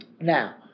Now